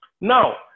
Now